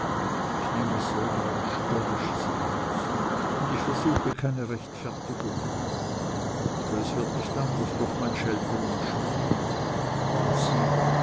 ich nenn es selber ein störrisches herz und ich versuche keine rechtfertigung aber es wird nicht anders durch mein schelten und schmähen und sieh